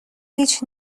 هیچ